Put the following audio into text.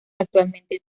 actualmente